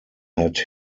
had